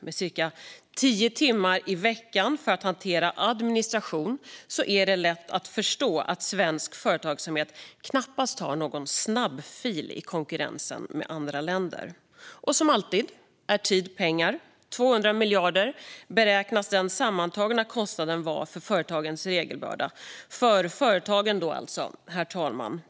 Med cirka tio timmar i veckan för att hantera administration är det lätt att förstå att svensk företagsamhet knappast har någon snabbfil i konkurrensen med andra länder. Och som alltid är tid pengar. 200 miljarder är den sammantagna kostnad regelbördan beräknas orsaka för företagen, herr talman.